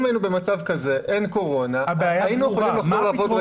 אם היינו במצב שאין קורונה אז היינו יכולים לעבוד רגיל.